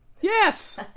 Yes